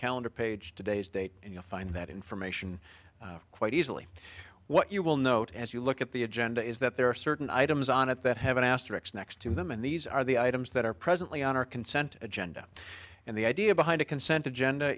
calendar page today's date and you'll find that information quite easily what you will note as you look at the agenda is that there are certain items on it that have an asterisk next to them and these are the items that are presently on our consent agenda and the idea behind a consent agenda